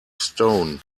stone